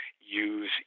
use